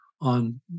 on